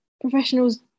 Professionals